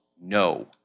no